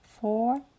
four